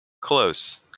Close